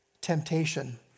temptation